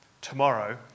Tomorrow